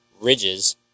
ridges